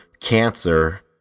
Cancer